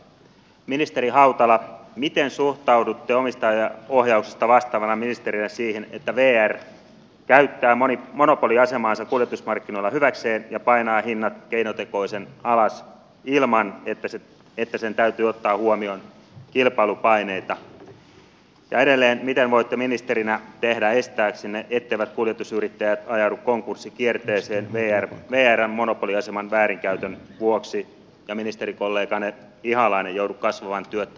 ministeri hautala miten suhtaudutte omistajaohjauksesta vastaavana ministerinä siihen että vr käyttää monopoliasemaansa kuljetusmarkkinoilla hyväkseen ja painaa hinnat keinotekoisen alas ilman että sen täytyy ottaa huomioon kilpailupaineita ja edelleen mitä voitte ministerinä tehdä etteivät kuljetusyrittäjät ajaudu konkurssikierteeseen vrn monopoliaseman väärinkäytön vuoksi ja ettei ministerikolleganne ihalainen joudu kasvavan työttömyyden eteen